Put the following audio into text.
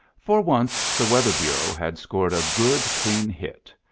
for once the weather bureau had scored a good, clean hit.